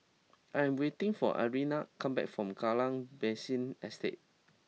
I am waiting for Arlyne come back from Kallang Basin Estate